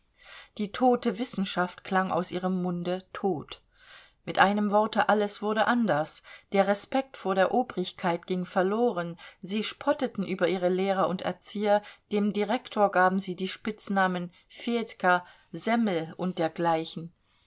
die tote wissenschaft klang aus ihrem munde tot mit einem worte alles wurde anders der respekt vor der obrigkeit ging verloren sie spotteten über ihre lehrer und erzieher dem direktor gaben sie die spitznamen fedjka semmel und dergleichen